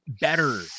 better